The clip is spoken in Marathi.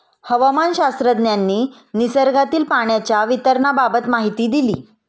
हवामानशास्त्रज्ञांनी निसर्गातील पाण्याच्या वितरणाबाबत माहिती दिली